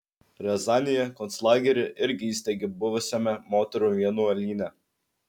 riazanėje konclagerį irgi įsteigė buvusiame moterų vienuolyne